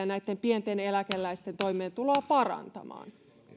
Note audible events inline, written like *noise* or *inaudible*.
*unintelligible* näitten pienten eläkeläisten toimeentuloa parantamaan